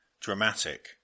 dramatic